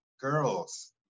girls